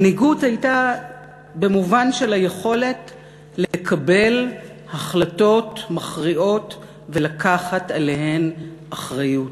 המנהיגות הייתה במובן של היכולת לקבל החלטות מכריעות ולקחת אחריות